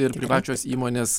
ir privačios įmonės